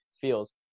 feels